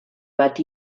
bat